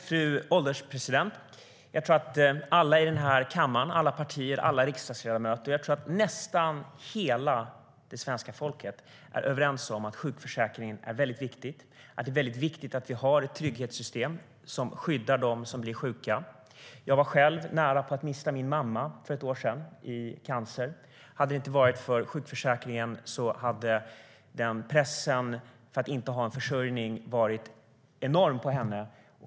Fru ålderspresident! Jag tror att alla i den här kammaren, alla partier, alla riksdagsledamöter och nästan hela svenska folket är överens om att sjukförsäkringen är väldigt viktig och att det är väldigt viktigt att vi har ett trygghetssystem som skyddar dem som blir sjuka. Jag var själv nära att mista min mamma i cancer för ett år sedan. Hade det inte varit för sjukförsäkringen hade pressen från behovet av försörjning varit enorm på henne.